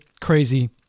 crazy